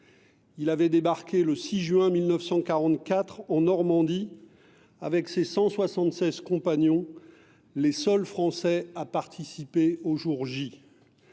Il avait débarqué le 6 juin 1944 en Normandie avec ses 176 compagnons, les seuls Français à participer au jour J.